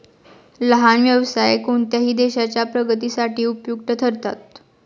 लहान व्यवसाय कोणत्याही देशाच्या प्रगतीसाठी उपयुक्त ठरतात